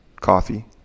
coffee